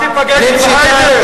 ואתה תיפגש עם היידר.